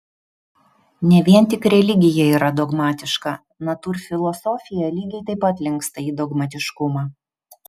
ne vien tik religija yra dogmatiška natūrfilosofija lygiai taip pat linksta į dogmatiškumą